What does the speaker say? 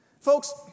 Folks